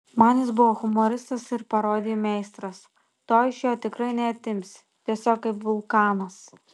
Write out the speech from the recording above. man jis buvo humoristas ir parodijų meistras to iš jo tikrai neatimsi tiesiog kaip vulkanas